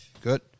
Good